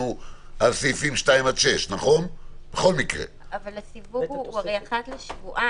לגבי סעיפים 2 עד 6. אבל הסיווג הוא אחד לשבועיים,